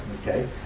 Okay